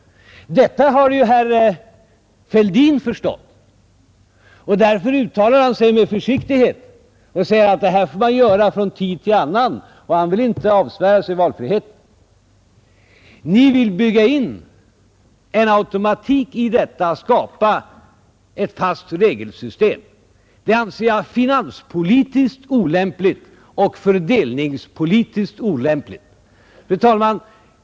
Detta har herr Fälldin förstått, och därför uttalar han sig med försiktighet och säger att man får göra justeringar från tid till annan. Han vill inte avsvära sig valfriheten. Nu vill man bygga in en automatik, skapa ett fast regelsystem. Detta anser jag vara finanspolitiskt och fördelningspolitiskt olämpligt. Fru talman!